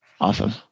Awesome